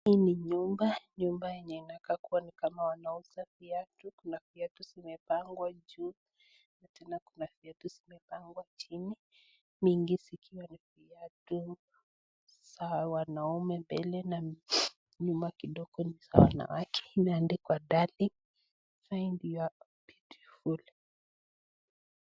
Hii ni nyumba nyumba yenye inakaa ni kuwa wanauza viatu, viatu zimepangwa juu na tena kuna viatu zimepangwa chini mingi zikiwa za wanaume mbele nyuma kidogo ni za wanawake imeandikwa darling find your beautiful .